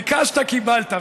ביקשת, קיבלת.